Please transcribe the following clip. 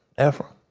efrem